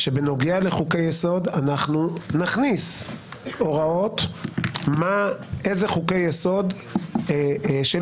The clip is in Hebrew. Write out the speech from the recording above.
שבנוגע לחוקי יסוד אנחנו נכניס הוראות איזה חוקי יסוד שלא